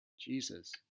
Jesus